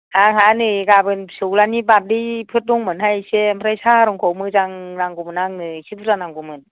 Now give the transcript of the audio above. आंहा नै गाबोन फिसौज्लानि बार्थडे फोर दंमोनहाय इसे ओमफ्राय साहा रंखौ मोजां नांगौमोन आंनो इसे बुरजा नांगौमोन